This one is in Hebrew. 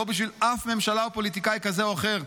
בשביל אף ממשלה או פוליטיקאי כזה או אחר,